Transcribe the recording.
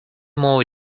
more